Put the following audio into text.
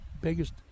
biggest